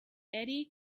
eddy